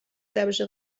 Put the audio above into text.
serbische